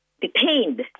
detained